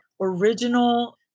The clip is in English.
original